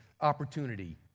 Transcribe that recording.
opportunity